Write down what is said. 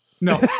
No